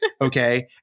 okay